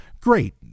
Great